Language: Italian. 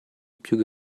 più